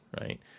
right